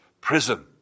prison